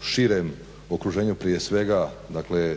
širem okruženju, prije svega dakle